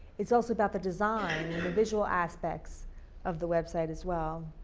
it's also about the design, and the visual aspects of the website as well.